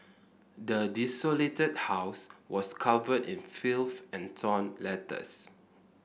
the desolated house was covered in filth and torn letters